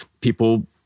people